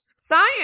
science